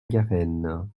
garenne